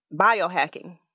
biohacking